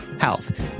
health